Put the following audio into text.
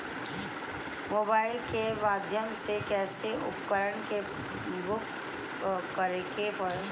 Mobile के माध्यम से कैसे उपकरण के बुक करेके बा?